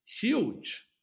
huge